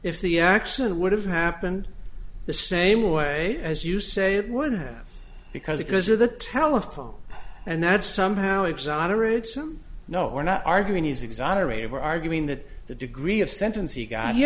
the accident would have happened the same way as you say it would have because because of the telephone and that's somehow exonerates i'm not we're not arguing he's exonerated we're arguing that the degree of sentence he got